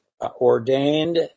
ordained